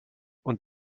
und